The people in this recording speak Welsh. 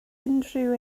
unrhyw